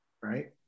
Right